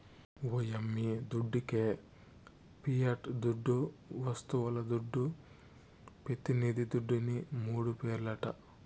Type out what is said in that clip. ఓ యమ్మీ దుడ్డికే పియట్ దుడ్డు, వస్తువుల దుడ్డు, పెతినిది దుడ్డుని మూడు పేర్లట